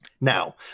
Now